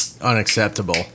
unacceptable